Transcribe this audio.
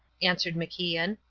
answered macian.